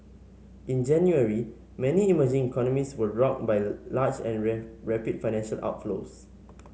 in January many emerging economies were rocked by large and rapid financial outflows